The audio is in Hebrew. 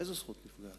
איזו זכות נפגעת?